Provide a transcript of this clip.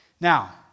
Now